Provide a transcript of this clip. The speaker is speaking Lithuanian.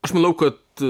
aš manau kad